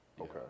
Okay